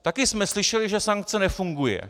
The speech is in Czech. Taky jsme slyšeli, že sankce nefungují.